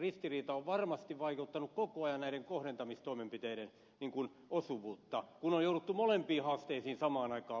ristiriita on varmasti vaikeuttanut koko ajan näiden kohdentamistoimenpiteiden osuvuutta kun on jouduttu molempiin haasteisiin samaan aikaan vastaamaan